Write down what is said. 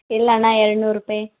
ಇಲ್ಲ ಅಣ್ಣ ಎರಡು ನೂರು ರುಪಾಯಿ